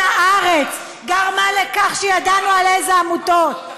"הארץ" גרמה לכך שידענו על איזה עמותות.